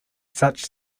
such